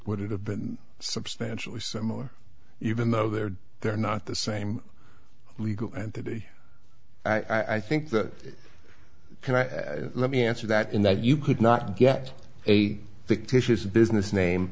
would it have been substantially similar even though they're they're not the same legal entity i think that let me answer that in that you could not get a fictitious business name